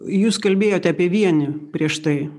jūs kalbėjote apie vienį prieš tai